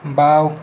বাওঁ